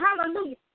Hallelujah